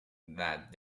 that